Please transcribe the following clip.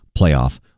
playoff